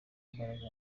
mbaraga